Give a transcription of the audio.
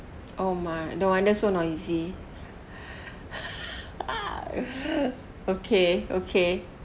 oh my no wonder so noisy okay okay